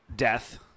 death